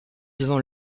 devant